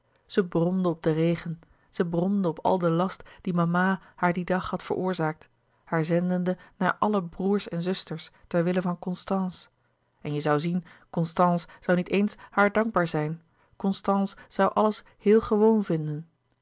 zij bromde op den regen zij bromde op al den last die mama haar dien dag had veroorzaakt haar zendende naar alle broêrs en zusters ter wille van constance en je zoû zien constance zoû niet eens haar dankbaar zijn constance zoû alles heel gewoon vinden